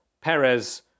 Perez